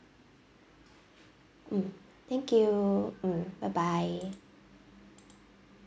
mm thank you mm bye bye